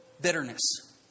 Bitterness